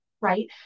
right